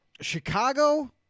Chicago